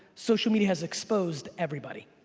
social media has exposed everybody.